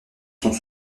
sont